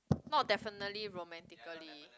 not definitely romantically